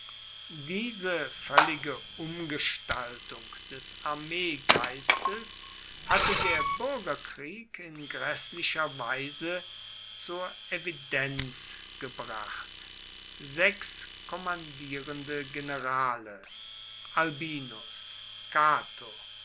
diese völlige umgestaltung des armeegeistes hatte der bürgerkrieg in gräßlicher weise zur evidenz gebracht sechs kommandierende generale albinus cato